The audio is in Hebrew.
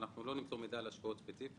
ואנחנו גם לא נמסור מידע על השקעות ספציפיות.